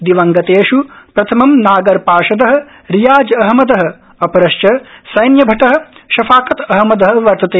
दिवंगतेष् प्रथमं नागरपार्षद रियाज अहमद अपरश्च सैन्यभट शफ़ाकत अहमद वर्तते